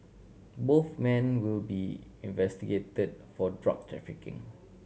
both men will be investigated for drug trafficking